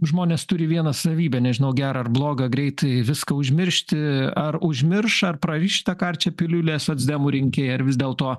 žmonės turi vieną savybę nežinau gerą ar blogą greitai viską užmiršti ar užmirš ar praris šitą karčią piliulę socdemų rinkėjai ar vis dėlto